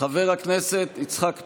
חבר הכנסת יצחק פינדרוס.